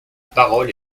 parole